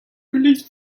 police